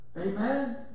Amen